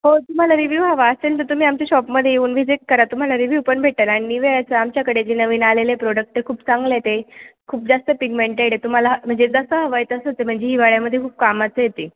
हो तुम्हाला रिव्ह्यू हवा असेल तर तुम्ही आमच्या शॉपमध्ये येऊन व्हिजिट करा तुम्हाला रिव्ह्यू पण भेटेल आणि वेळेचे आमच्याकडे जे नवीन आलेले प्रोडक्ट ते खूप चांगलं आहे ते खूप जास्त पिगमेंटेड आहे तुम्हाला म्हणजे जसं हवं आहे तसंच आहे म्हणजे हिवाळ्यामध्ये खूप कामाचं आहे ते